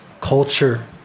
culture